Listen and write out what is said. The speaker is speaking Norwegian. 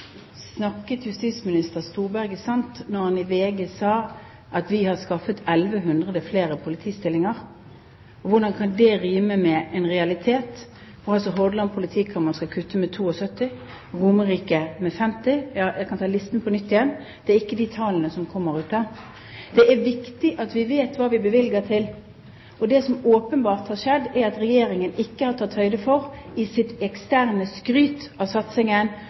Snakket justisminister Storberget sant da han i VG sa at vi har skaffet 1 100 flere politistillinger? Hvordan kan det rime med en realitet der Hordaland politikammer skal kutte med 72, Romerike med 50 – jeg kan ta listen på nytt. Det er ikke de tallene som kommer frem der. Det er viktig at vi vet hva vi bevilger til. Det som åpenbart har skjedd, er at Regjeringen ikke har tatt høyde for – i sitt eksterne skryt av satsingen